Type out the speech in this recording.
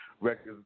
records